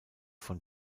von